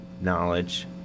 knowledge